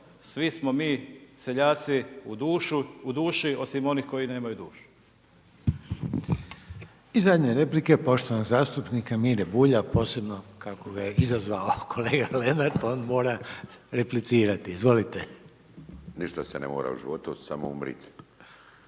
Svi smo mi seljaci u duši, osim onih koji nemaju dušu. **Reiner, Željko (HDZ)** I zadnja replika poštovanog zastupnika Mire Bulja, posebno kako ga je izazvao kolega Lenart, on mora replicirati, izvolite. **Bulj, Miro (MOST)** Ništa se ne mora u životu, samo umrit